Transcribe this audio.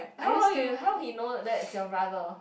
how how you how he know that's your brother